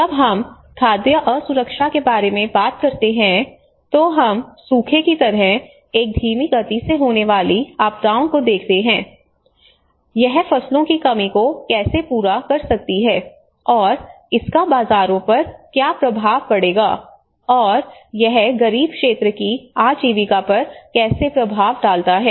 जब हम खाद्य असुरक्षा के बारे में बात करते हैं तो हम सूखे की तरह एक धीमी गति से होने वाली आपदाओं को देखते हैं यह फसलों की कमी को कैसे पूरा कर सकती है और इसका बाजारों पर क्या प्रभाव पड़ेगा और यह गरीब क्षेत्र की आजीविका पर कैसे प्रभाव डालता है